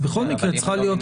בכל מקרה צריכה להיות החלטה.